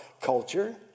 culture